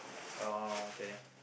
oh okay